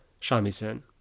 shamisen